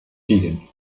tiden